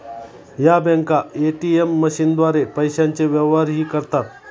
या बँका ए.टी.एम मशीनद्वारे पैशांचे व्यवहारही करतात